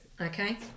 Okay